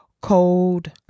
cold